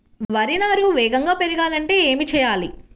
వరి నారు వేగంగా పెరగాలంటే ఏమి చెయ్యాలి?